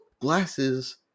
Glasses